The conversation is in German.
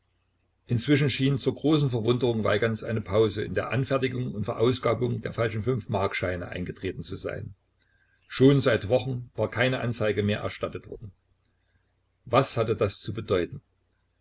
inzwischen schien zur großen verwunderung weigands eine pause in der anfertigung und verausgabung der falschen fünfmarkscheine eingetreten zu sein schon seit wochen war keine anzeige mehr erstattet worden was hatte das zu bedeuten